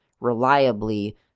reliably